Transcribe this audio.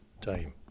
time